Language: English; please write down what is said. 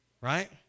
right